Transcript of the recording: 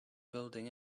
building